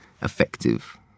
effective